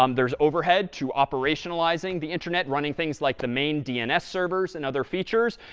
um there's overhead to operationalizing the internet, running things like the main dns servers and other features.